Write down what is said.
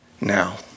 Now